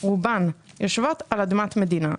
יושבות על אדמת מדינה.